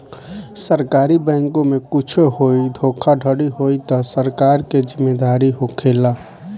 सरकारी बैंके में कुच्छो होई धोखाधड़ी होई तअ सरकार के जिम्मेदारी होखेला